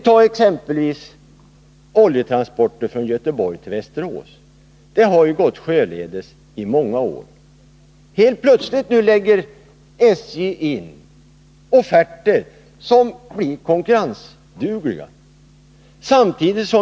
Som exempel kan vi ta oljetransporterna från Göteborg till Västerås, som har gått sjöledes i många år. Men helt plötsligt lägger SJ in offerter som blir konkurrensdugliga.